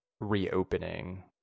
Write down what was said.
reopening